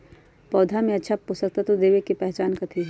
पौधा में अच्छा पोषक तत्व देवे के पहचान कथी हई?